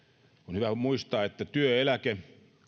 hyvä muistaa että työeläke